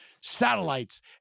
satellites